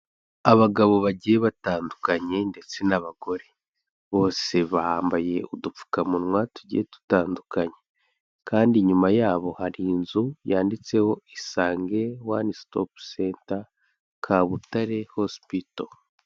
Abagabo bagiye batandukanye ndetse n'abagore, bose bambaye udupfukamunwa tugiye dutandukanye kandi nyuma yabo hari inzu, yanditseho Isange one stop center, Kabutare hosipito.